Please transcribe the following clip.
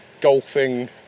golfing